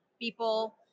people